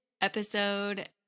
episode